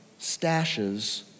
stashes